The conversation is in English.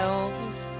Elvis